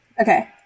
Okay